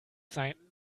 seiten